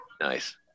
Nice